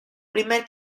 primera